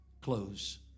close